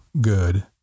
good